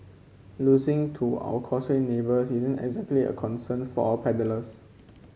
losing to our Causeway neighbours isn't exactly a concern for our paddlers